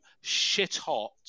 shit-hot